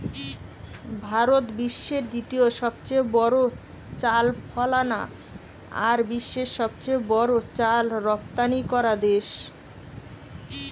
ভারত বিশ্বের দ্বিতীয় সবচেয়ে বড় চাল ফলানা আর বিশ্বের সবচেয়ে বড় চাল রপ্তানিকরা দেশ